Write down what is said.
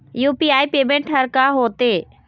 UPI payment हर का होते?